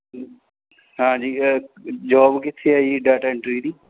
ਹਾਂਜੀ ਜੋਬ ਕਿੱਥੇ ਹੈ ਜੀ ਡਾਟਾ ਐਂਟਰੀ ਦੀ